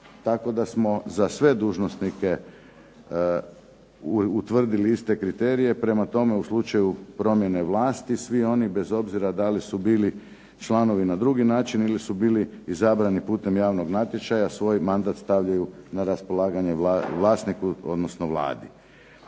tako da smo za sve dužnosnike utvrdili iste kriterije, prema tome u slučaju promjene vlasti, svi oni bez obzira da li su bili članovi na drugi način ili su bili izabrani putem javnog natječaja svoj mandat stavljaju na raspolaganje vlasniku, odnosno Vladi.